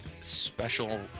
special